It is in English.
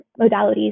modalities